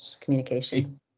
communication